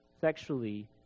sexually